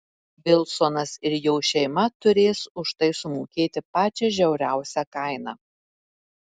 vilsonas ir jo šeima turės už tai sumokėti pačią žiauriausią kainą